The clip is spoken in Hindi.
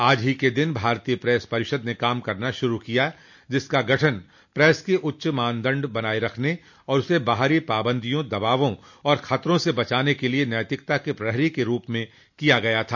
आज ही के दिन भारतीय प्रेस परिषद ने काम करना शुरू किया जिस का गठन प्रेस के उच्च मानदंड बनाए रखने और उसे बाहरी पाबंदियों दबावों और ख़तरों से बचाने के लिए नैतिकता के प्रहरी के रूप में किया गया था